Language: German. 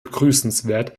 begrüßenswert